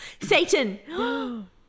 Satan